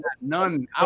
None